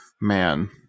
Man